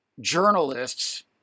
journalists